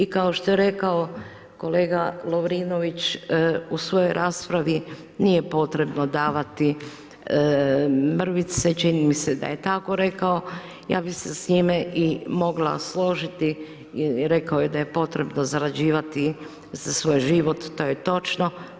I kao što je rekao kolega Lovrinović u svojoj raspravi nije potrebno davati mrvice, čini mi se da je tako rekao. ja bi se s time i mogla složiti, rekao je da je potrebno zarađivati za svoj život, to je točno.